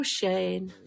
Shane